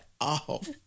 off